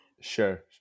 sure